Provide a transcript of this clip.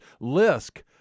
Lisk